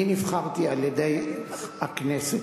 אני נבחרתי על-ידי הכנסת,